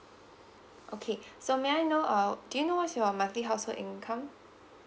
okay so may I know uh do you know what's your monthly household income